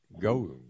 go